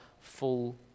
full